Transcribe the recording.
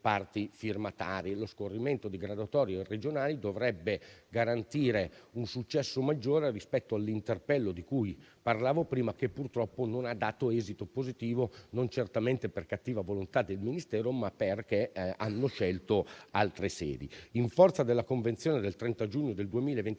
parti firmatarie. Lo scorrimento di graduatorie regionali dovrebbe garantire un successo maggiore rispetto all'interpello di cui parlavo prima, che purtroppo non ha dato esito positivo, non certamente per cattiva volontà del Ministero, ma perché sono state scelte altre sedi. In forza della convenzione del 30 giugno 2023,